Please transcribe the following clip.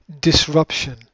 Disruption